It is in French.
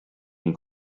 une